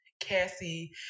Cassie